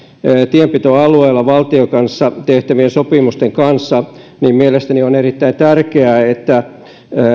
tienpitoalueella valtion kanssa tehtävien sopimusten kanssa niin mielestäni on erittäin tärkeää että